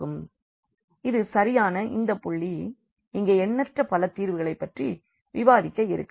எனவே இது சரியாக இந்த புள்ளி இங்கே எண்ணற்ற பல தீர்வுகளை பற்றி விவாதிக்க இருக்கிறோம்